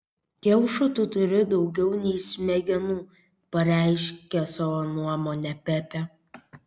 kiaušų tu turi daugiau nei smegenų pareiškė savo nuomonę pepė